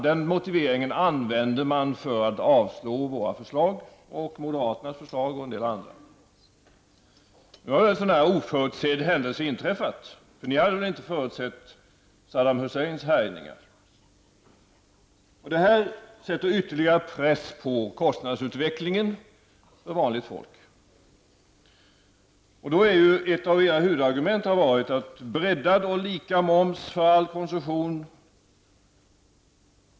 Den motiveringen användes för att avslå bl.a. våra och moderaternas förslag. Nu har dock en oförutsedd händelse inträffat -- för ni hade väl inte förutsett Saddam Husseins härjningar? Det här sätter ytterligare en press på kostnadsutvecklingen för vanligt folk. Ett av era huvudargument har ju varit breddad och lika moms på all konsumtion.